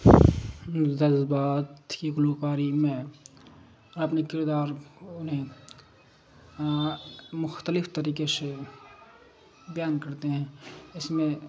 جذبات کی گلوکاری میں اپنے کردار نےیں مختلف طریقے سے بیان کرتے ہیں اس میں